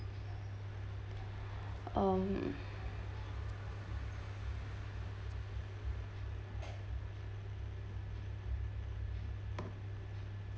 um